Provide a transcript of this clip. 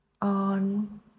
on